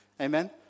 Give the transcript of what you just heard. amen